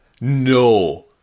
No